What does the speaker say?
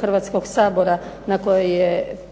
Hrvatskog sabora na kojoj je bivši predsjednik